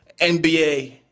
NBA